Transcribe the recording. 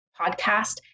podcast